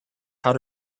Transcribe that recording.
how